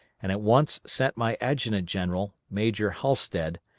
and at once sent my adjutant-general, major halstead,